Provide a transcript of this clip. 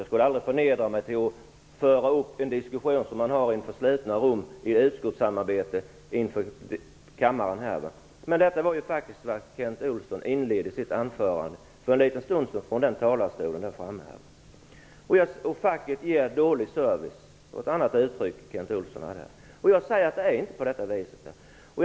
Jag skall inte förnedra mig till att till kammaren föra ut en diskussion som förts i slutna rum i utskottsarbetet, men Kent Olsson inledde sitt anförande från kammarens talarstol för en stund sedan på detta sätt. Ett annat påstående som Kent Olsson använde var att facket ger dålig service. Jag säger att det inte är på det sättet.